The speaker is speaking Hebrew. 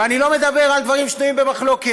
ואני לא מדבר על דברים שנויים במחלוקת.